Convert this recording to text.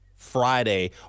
Friday